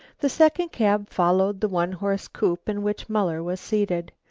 the second cab followed the one-horse coupe in which muller was seated.